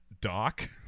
Doc